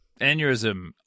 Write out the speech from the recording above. aneurysm